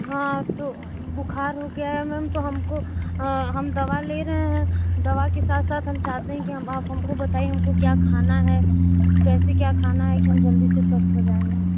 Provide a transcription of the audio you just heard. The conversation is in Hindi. हाँ तो बुखार हो गया है म्याम तो हमको हम दवा ले रहे है दवा के साथ साथ हम चाहते है की हम आप हमको बताइए हमको क्या खाना है कैसे क्या खाना है की हम जल्दी से स्वस्थ हो जाए म्याम